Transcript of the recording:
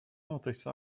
notice